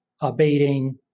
abating